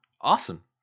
Awesome